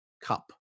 cup